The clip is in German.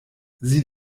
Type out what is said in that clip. sieh